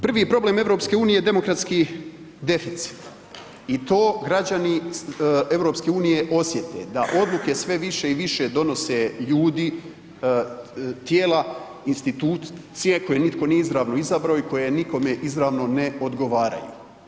Prvi je problem EU demokratski deficit i to građani EU osjete da odluke sve više i više donose ljudi, tijela, institucije koje nitko nije izravno izabrao i koje nikome izravno ne odgovaraju.